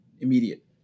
Immediate